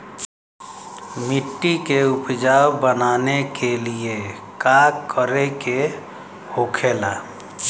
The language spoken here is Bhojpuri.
मिट्टी के उपजाऊ बनाने के लिए का करके होखेला?